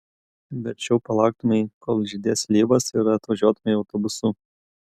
verčiau palauktumei kol žydės slyvos ir atvažiuotumei autobusu